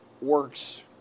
works